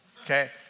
okay